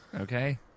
Okay